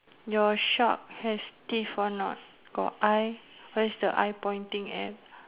your shark has teeth or not got eye where's the eye pointing at